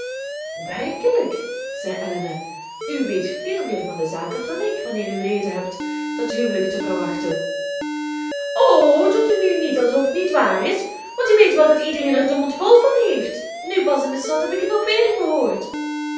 werkelijk zei elinor u weet veel meer van de zaak af dan ik wanneer u reden hebt dat huwelijk te verwachten o doet u nu niet alsof t niet waar is want u weet wel dat iedereen er den mond vol van heeft nu pas in de stad heb ik het nog weer gehoord